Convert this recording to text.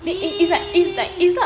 !ee!